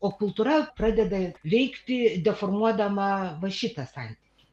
o kultūra pradeda veikti deformuodama va šitą santykį